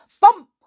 Bump